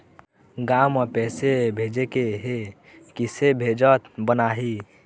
गांव म पैसे भेजेके हे, किसे भेजत बनाहि?